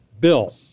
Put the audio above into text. Bill